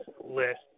list